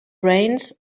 brains